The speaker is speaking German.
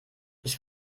ich